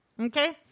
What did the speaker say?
Okay